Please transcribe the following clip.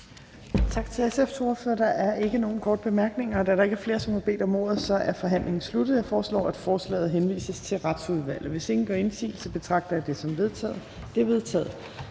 Tak til SF's ordfører. Der er ikke nogen korte bemærkninger. Da der ikke er flere, der har bedt om ordet, er forhandlingen sluttet. Jeg foreslår, at forslaget til folketingsbeslutning henvises til Retsudvalget. Hvis ingen gør indsigelse, betragter dette som vedtaget.